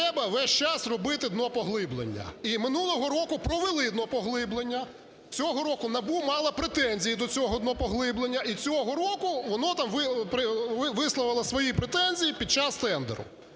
треба весь час робити днопоглиблення, і минулого року провели днопоглиблення. Цього року НАБУ мало претензії до цього днопоглиблення, і цього року воно висловило свої претензії під час тендеру.